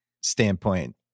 standpoint